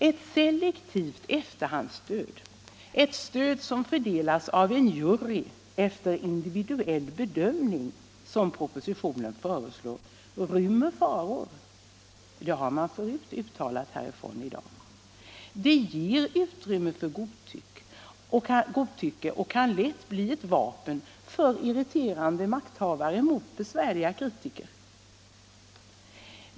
Ett selektivt efterhandsstöd som propositionen föreslår — ett stöd som fördelas av en jury efter individuell bedömning —- rymmer faror, det har uttalats förut här i dag. Det ger utrymme för godtycke och kan lätt bli ett vapen för irriterade makthavare mot besvärliga kritiker.